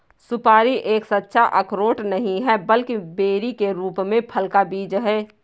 सुपारी एक सच्चा अखरोट नहीं है, बल्कि बेरी के रूप में फल का बीज है